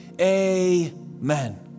Amen